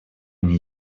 они